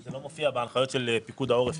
זה לא מופיע יותר בהנחיות של פיקוד העורף.